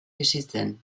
bizitzen